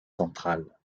centrale